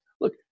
Look